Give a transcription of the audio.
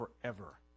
forever